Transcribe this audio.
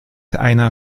einer